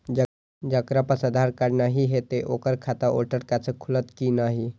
जकरा पास आधार कार्ड नहीं हेते ओकर खाता वोटर कार्ड से खुलत कि नहीं?